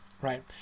right